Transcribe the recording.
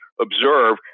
observe